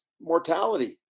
mortality